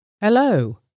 Hello